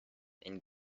and